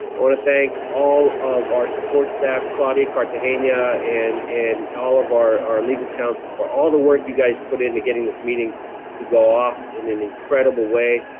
i wanna thank all of our support staff, claudia cartejena and and all of our our legal counsel for all the work you guys put into getting this meeting to go off in an incredible way.